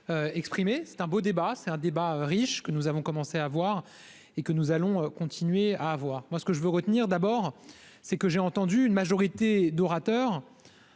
Exprimez c'est un beau débat, c'est un débat riche que nous avons commencé à voir et que nous allons continuer à avoir, moi ce que je veux retenir d'abord, c'est que j'ai entendu une majorité d'orateurs